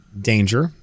danger